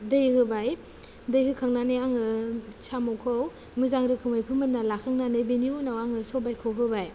दै होबाय दै होखांनानै आङो साम'खौ मोजां रोखोमै फोमोनना लाखांनानै बेनि उनाव आङो सबायखौ होबाय